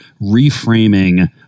reframing